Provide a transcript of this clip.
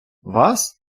вас